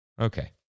Okay